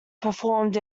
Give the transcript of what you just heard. performed